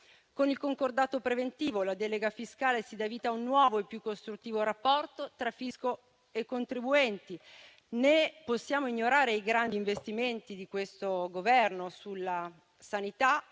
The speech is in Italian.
Con il concordato preventivo e la delega fiscale si dà vita a un nuovo e più costruttivo rapporto tra fisco e contribuenti. Né possiamo ignorare i grandi investimenti di questo Governo sulla sanità